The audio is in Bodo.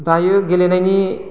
दायो गेलेनायनि